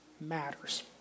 matters